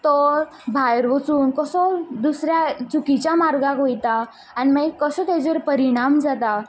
तो भायर वचून कसो दुसऱ्या चुकीच्या मार्गाक वयता आनी मागीर कसो तेजो परिणाम जाता